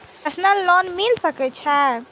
Personal loan मिल सके छे?